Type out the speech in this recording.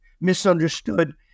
misunderstood